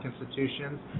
institutions